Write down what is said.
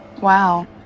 Wow